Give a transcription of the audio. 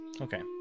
Okay